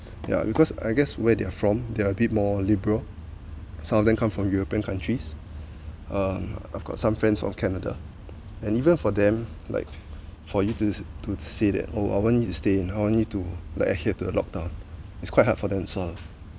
ya because I guess where they're from they're bit more liberal some of them come from european countries uh I've got some friends from canada and even for them like for you to to say that oh I want you to stay in I want you to like adhere to the lock-down it's quite hard for them as well